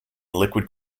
liquid